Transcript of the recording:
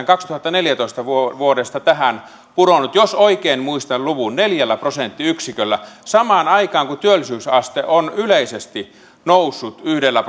kaksituhattaneljätoista vuodesta vuodesta tähän pudonnut jos oikein muistan luvun neljällä prosenttiyksiköllä samaan aikaan kun työllisyysaste on yleisesti noussut yhdellä